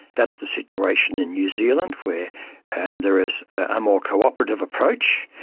that's the situation in new zealand where and there is a more cooperative approach.